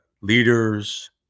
leaders